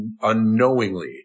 unknowingly